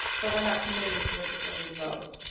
but we're not committing to it before we vote,